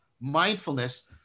Mindfulness